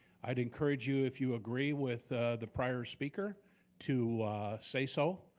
i'd encourage you if you agree with the prior speaker to say so,